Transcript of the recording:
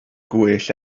gwell